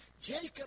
Jacob